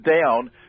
down